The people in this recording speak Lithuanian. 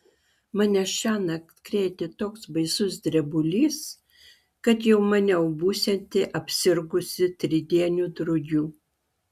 mane šiąnakt krėtė toks baisus drebulys kad jau maniau būsianti apsirgusi tridieniu drugiu